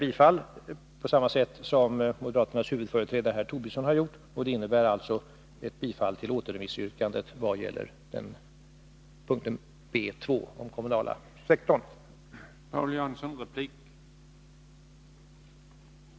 I likhet med moderaternas huvudföreträdare Lars Tobisson hemställer jag om bifall till återremissyrkandet beträffande punkten B 2 Den kommunala sektorn.